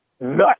nut